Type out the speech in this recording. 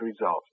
result